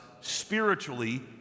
spiritually